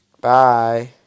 Bye